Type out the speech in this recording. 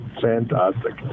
Fantastic